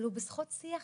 אבל הוא בזכות שיח